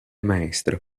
maestro